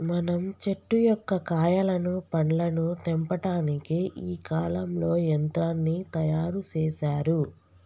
మనం చెట్టు యొక్క కాయలను పండ్లను తెంపటానికి ఈ కాలంలో యంత్రాన్ని తయారు సేసారు